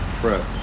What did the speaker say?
prep